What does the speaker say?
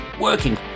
working